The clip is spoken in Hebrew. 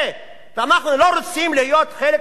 ואנחנו לא רוצים להיות חלק מהמערכת הביטחונית.